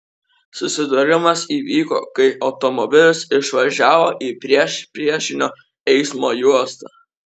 susidūrimas įvyko kai automobilis išvažiavo į priešpriešinio eismo juostą